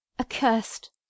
accursed